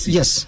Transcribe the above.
Yes